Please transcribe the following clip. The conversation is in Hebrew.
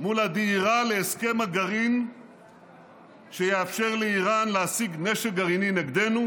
מול הדהירה להסכם הגרעין שיאפשר לאיראן להשיג נשק גרעיני נגדנו,